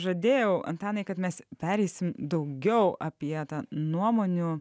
ir žadėjau antanai kad mes pereisim daugiau apie tą nuomonių